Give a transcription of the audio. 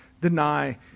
deny